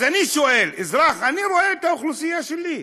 אז אני שואל אזרח, אני רואה את האוכלוסייה שלי,